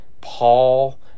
Paul